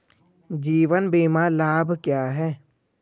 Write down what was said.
जीवन बीमा लाभ क्या हैं?